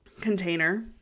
container